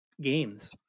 games